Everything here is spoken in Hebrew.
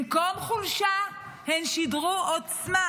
במקום חולשה הן שידרו עוצמה,